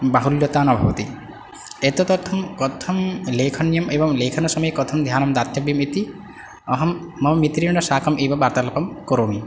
बाहुल्यता न भवति एतदर्थं कथं लेकनीयम् एवं लेखनसमये कथं ज्ञानं दातव्यम् इति अहं मम मित्रेण साकम् एव वार्तालापं करोमि